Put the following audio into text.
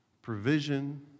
provision